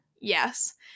Yes